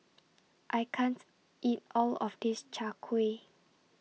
I can't eat All of This Chai Kuih